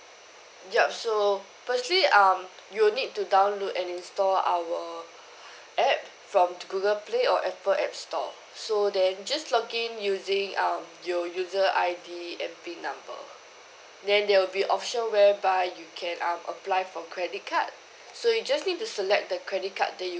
yup so firstly um you'll need to download and install our app from google play or apple app store so then just login using um your user I_D and pin number then there'll be option whereby you can um apply for credit card so you just need to select the credit card that you